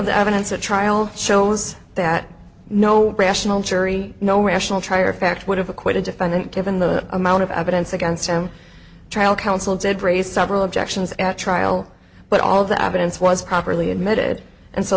the evidence at trial shows that no rational jury no rational trier of fact would have acquitted defendant given the amount of evidence against him trial counsel did raise several objections at trial but all of the evidence was properly admitted and so